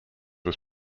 was